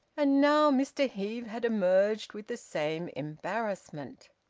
and now mr heve had emerged with the same embarrassment.